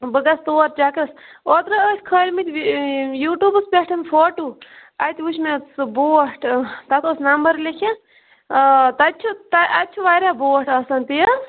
بہٕ گَژھٕ تور چَکرَس اوترٕ ٲسۍ کھٲلمٕتۍ یوٗٹوٗبَس پٮ۪ٹھ فوٹو اَتہِ وٕچھ مےٚ سُہ بوٹ تتھ اوس نمبر لیٚکھِتھ آ تتہِ چھ اَتہِ چھِ واریاہ بوٹ آسان تی حظ